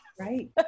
right